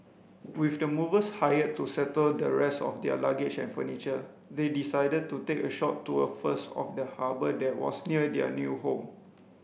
with the movers hired to settle the rest of their luggage and furniture they decided to take a short tour first of the harbour that was near their new home